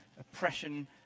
oppression